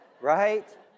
right